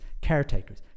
caretakers